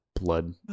blood